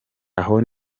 aho